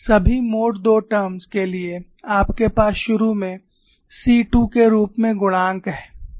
सभी mode II terms के लिए आपके पास शुरू में c2 के रूप में गुणांक है